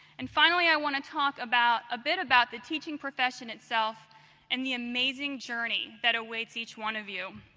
and finally, i want to talk about, a bit about the teaching profession itself and the amazing journey that awaits each one of you.